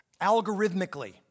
algorithmically